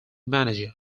manager